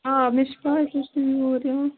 آ مےٚ چھِ پَے سُہ چھُ یوٗرۍ یِوان